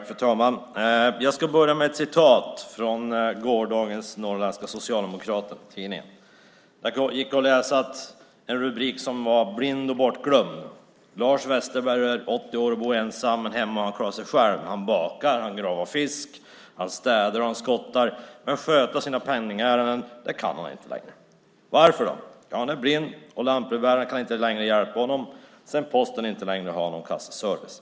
Fru talman! Jag ska börja med ett referat från Norrländska Socialdemokraten i går. Där kunde man under rubriken "Blind och bortglömd" läsa: "Lars Westerberg är 80 år och bor ensam hemma och klarar sig själv. Han bakar, gravar fisk, städar och skottar. Men sköta sina penningärenden kan han inte längre. Varför? Han är blind, och lantbrevbäraren kan inte längre hjälpa honom när Posten inte längre har någon kassaservice."